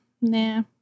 Nah